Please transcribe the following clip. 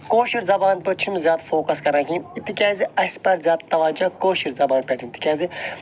کٲشر زبانہ پیٚٹھ چھ نہٕ یِم زیاد فوکَس کران کِہیٖنۍ تکیاز اسہِ پَزِ زیادٕ تَوَجہ کٲشر زبانہ پیٚٹھ تکیازِ